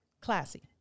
Classy